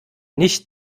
nicht